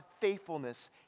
faithfulness